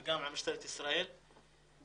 בדיור אנחנו במצוקה אדירה שם, בנגב.